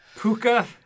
puka